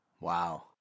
Wow